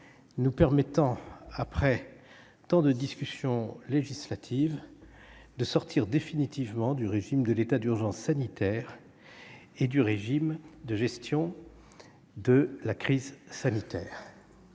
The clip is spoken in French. nous permettant, après tant de discussions législatives, de sortir définitivement du régime de l'état d'urgence sanitaire et du régime de gestion de la crise sanitaire.